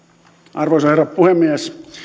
arvoisa herra puhemies